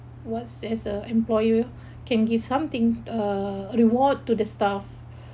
what's as a employer can give something a reward to the staff